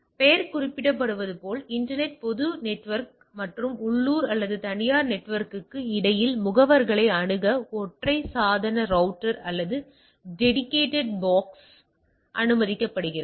பெயர் குறிப்பிடுவதுபோல் இன்டர்நெட் பொது நெட்வொர்க் மற்றும் உள்ளூர் அல்லது தனியார் நெட்வொர்க்கிற்கு இடையில் முகவர்களை அணுக ஒற்றை சாதன ரௌட்டர் அல்லது டெடிகேட்டட் பாக்ஸ் அனுமதிக்கிறது